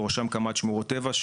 בראשם קמ"ט שמורות טבע,